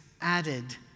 added